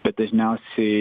bet dažniausiai